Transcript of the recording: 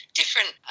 different